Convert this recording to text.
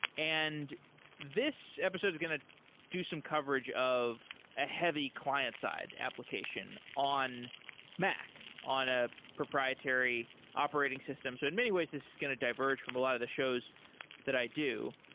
and this episode is going to do some coverage of a heavy client-side application on mac, on a proprietary operating system. so in many ways, this is going to diverge from a lot of the shows that i do.